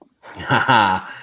Haha